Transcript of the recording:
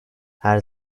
her